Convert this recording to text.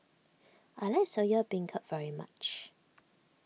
I like Soya Beancurd very much